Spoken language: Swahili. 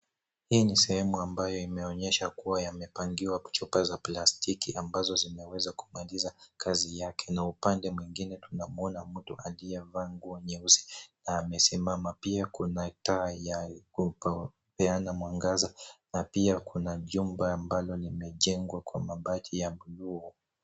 Hii ni sehemu ambayo imeonyesha kuwa yamepangiwa chupa za plastiki ambazo zimeweza kumaliza kazi yake na upande mwingine tunamwona mtu aliyevaa nguo nyeusi na amesimama. Pia kuna taa ya kupeana mwangaza na pia kuna vyumba ambavyo vimejengwa kwa mabati ya bluu.